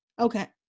okay